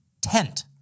tent